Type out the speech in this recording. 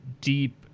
deep